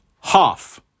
half